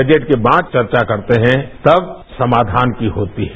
budget के बाद चर्चा करते हैं तब समाघान की होती हैं